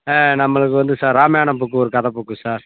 ஆ நம்மளுக்கு வந்து sir Ramayanam book ஒரு கதை புக்கு சார்